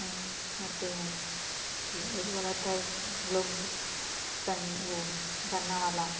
और होती हैं कि एक और आता है लोक गीत सन्न वो बन्ना वाला